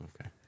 Okay